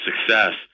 success